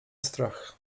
strach